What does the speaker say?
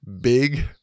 big